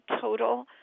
total